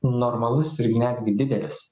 normalus irgi netgi didelis